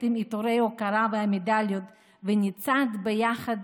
עם עיטורי ההוקרה והמדליות ונצעד ביחד